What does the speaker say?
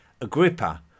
Agrippa